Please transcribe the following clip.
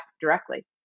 directly